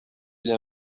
إلى